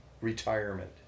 retirement